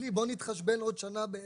בלי בוא נתחשבן עוד שנה בערך.